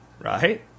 right